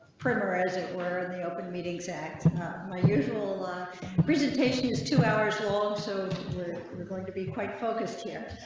printer as it were in the open meetings act my beautiful presentation is two hours old. so we're going to be quite focused here.